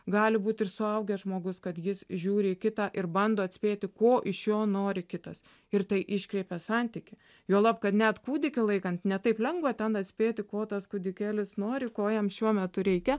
gali būti ir suaugęs žmogus kad jis žiūri į kitą ir bando atspėti ko iš jo nori kitas ir tai iškreipia santykį juolab kad net kūdikį laikant ne taip lengva ten atspėti ko tas kūdikėlis nori ko jam šiuo metu reikia